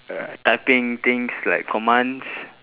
uh typing things like commands